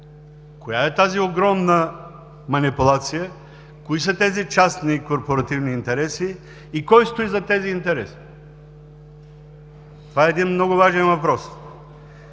Коя е тази огромна манипулация? Кои са тези частни и корпоративни интереси и кой стои зад тези интереси? Това е един много важен въпрос.